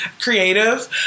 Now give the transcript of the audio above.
Creative